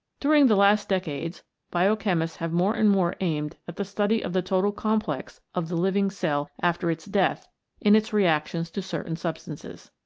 during the last decades biochemists have more and more aimed at the study of the total complex of the living cell after its death in its reactions to certain substances.